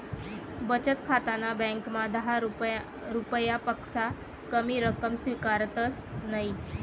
बचत खाताना ब्यांकमा दहा रुपयापक्सा कमी रक्कम स्वीकारतंस नयी